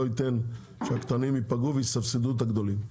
אתן שהקטנים ייפגעו ויסבסדו את הגדולים.